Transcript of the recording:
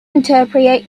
interpret